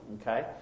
okay